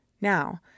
Now